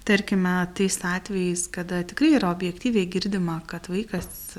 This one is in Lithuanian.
tarkime tais atvejais kada tikrai yra objektyviai girdima kad vaikas